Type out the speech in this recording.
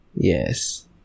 Yes